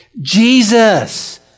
Jesus